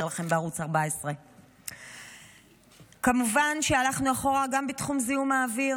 לכם בערוץ 14. כמובן שהלכנו אחורה גם בתחום זיהום אוויר,